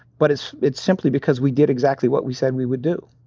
but it's it's simply because we did exactly what we said we would do.